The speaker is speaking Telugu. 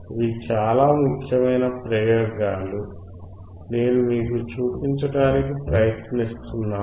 ఇవి చాలా ముఖ్యమైన ప్రయోగాలు నేను మీకు చూపించడానికి ప్రయత్నిస్తున్నాను